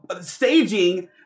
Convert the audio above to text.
staging